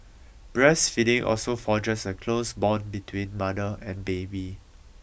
breastfeeding also forges a close bond between mother and baby